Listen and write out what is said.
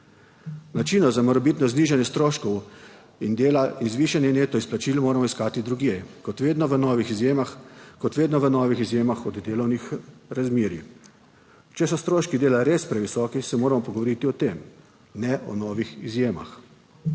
Načina za morebitno znižanje stroškov in dela in zvišanje neto izplačil moramo iskati drugje kot vedno v novih izjemah od delovnih razmerij. Če so stroški dela res previsoki, se moramo pogovoriti o tem, ne o novih izjemah.